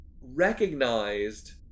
recognized